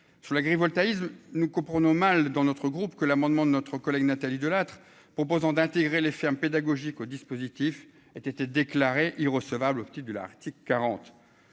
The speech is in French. sur l'agrivoltaïsme nous comprenons mal dans notre groupe que l'amendement de notre collègue Nathalie Delattre proposant d'intégrer les fermes pédagogiques au dispositif était déclarée irrecevable de l'Arctique 40,